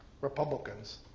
Republicans